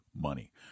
money